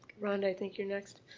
rhonda, i think you're next.